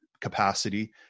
capacity